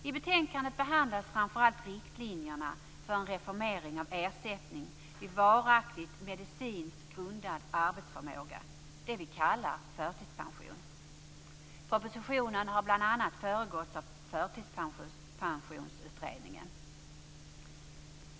I betänkandet behandlas framför allt riktlinjerna för en reformering av ersättningen vid varaktig medicinskt grundad arbetsoförmåga - det vi kallar förtidspension. Propositionen har bl.a. föregåtts av Förtidspensionsutredningen.